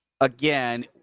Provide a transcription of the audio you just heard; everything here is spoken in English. again